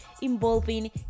involving